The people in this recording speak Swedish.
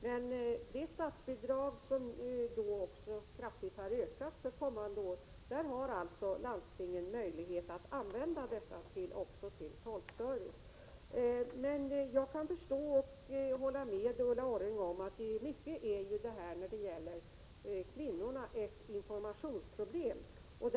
Dessa statsbidrag, som kraftigt har ökats för kommande år, har landstingen möjlighet att använda också till tolkservice. Jag kan förstå och hålla med Ulla Orring om att detta i mycket är ett informationsproblem när det gäller kvinnorna.